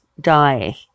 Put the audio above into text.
die